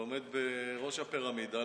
שעומד בראש הפירמידה,